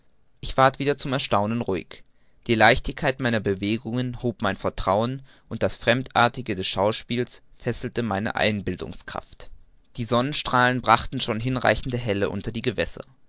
ich ward wieder zum erstaunen ruhig die leichtigkeit meiner bewegungen hob mein vertrauen und das fremdartige des schauspiels fesselte meine einbildungskraft die sonnenstrahlen brachten schon hinreichende helle unter die gewässer